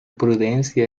prudencia